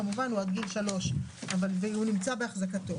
כמובן או עד גיל 3 והוא נמצא בהחזקתו.